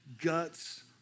guts